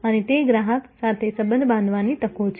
અને તે ગ્રાહક સાથે સંબંધ બાંધવાની તકો છે